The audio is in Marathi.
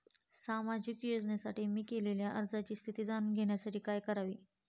सामाजिक योजनेसाठी मी केलेल्या अर्जाची स्थिती जाणून घेण्यासाठी काय करावे?